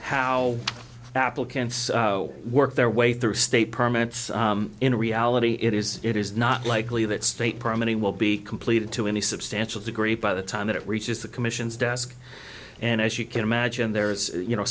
how applicants work their way through state permanents in reality it is it is not likely that state promoting will be completed to any substantial degree by the time it reaches the commission's desk and as you can imagine there is you know